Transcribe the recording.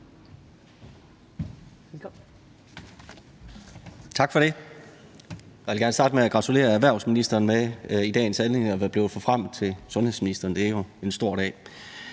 Tak for det. Jeg vil gerne i dagens anledning starte med at gratulere erhvervsministeren med at være blevet forfremmet til sundhedsminister. Det er jo en stor dag.